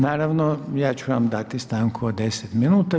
Naravno ja ću vam dati stanku od 10 minuta.